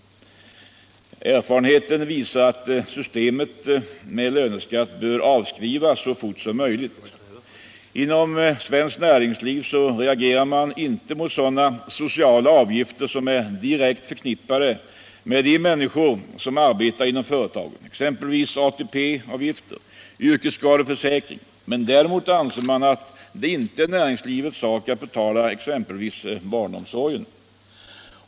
Erfarenheten visar att systemet med löneskatt bör avskrivas så fort som möjligt. Inom näringslivet reagerar man inte mot sådana sociala avgifter som är direkt förknippade med de människor som arbetar inom företagen —- exempelvis ATP-avgifter och yrkesskadeförsäkring. Däremot anser man att det inte är näringslivets sak att betala exempelvis barnomsorgen.